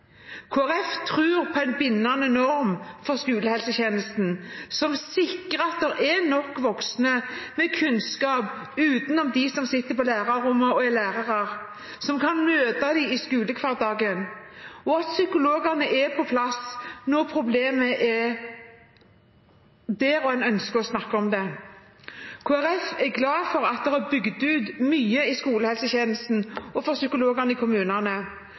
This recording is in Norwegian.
på en bindende norm for skolehelsetjenesten som sikrer at det er nok voksne med kunnskap, utenom dem som sitter på lærerrommet og er lærere, som kan møte elevene i skolehverdagen, og at psykologene er på plass når problemet er der og en ønsker å snakke om det. Kristelig Folkeparti er glad for at det er bygd ut mye i skolehelsetjenesten, og for psykologene i kommunene,